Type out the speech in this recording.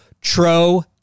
Tro